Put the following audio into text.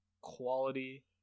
quality